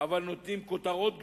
אבל נותנים כותרות גדולות,